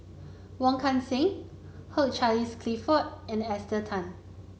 Wong Kan Seng Hugh Charles Clifford and Esther Tan